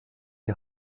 die